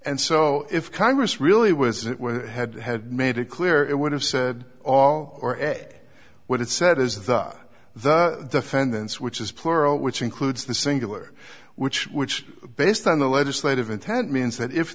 and so if congress really was it whether it had had made it clear it would have said all or at what it said is that the defendants which is plural which includes the singular which which based on the legislative intent means that if